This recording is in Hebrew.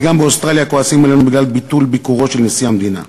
וגם באוסטרליה כועסים עלינו בגלל ביטול ביקורו של נשיא המדינה.